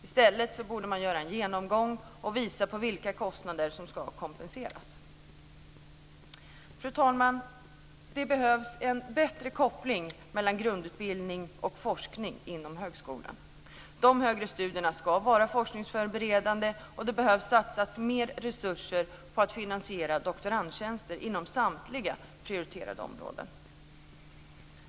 I stället borde man göra en genomgång för att visa vilka kostnader som ska kompenseras. Fru talman! Det behövs en bättre koppling mellan grundutbildning och forskning inom högskolan. De högre studierna ska vara forskningsförberedande, och det behöver satsas mer resurser på att finansiera doktorandtjänster inom samtliga prioriterade områden.